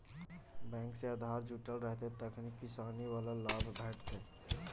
bank सँ आधार जुटल रहितौ तखने किसानी बला लाभ भेटितौ